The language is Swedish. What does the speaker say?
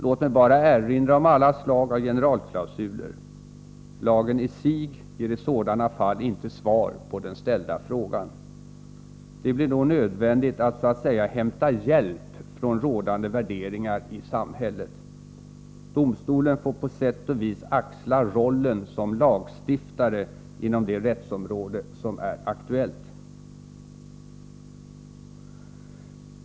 Låt mig bara erinra om alla slag av generalklausuler. Lagen i sig ger i sådana fall inte svar på den ställda frågan. Det blir då nödvändigt att så att säga hämta hjälp från rådande värderingar i samhället. Domstolen får på sätt och vis axla rollen som lagstiftare inom det rättsområde som är aktuellt.